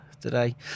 today